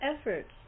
efforts